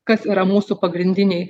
kas yra mūsų pagrindiniai